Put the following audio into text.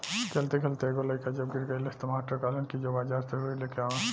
खेलते खेलते एगो लइका जब गिर गइलस त मास्टर कहलन कि जो बाजार से रुई लेके आवा